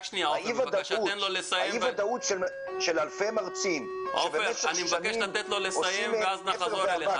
האי ודאות של אלפי מרצים שבמשך שנים עושים מאבק,